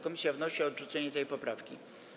Komisja wnosi o odrzucenie tej poprawki.